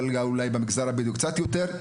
אולי חמור קצת יותר.